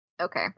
Okay